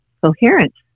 coherence